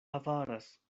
avaras